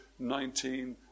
19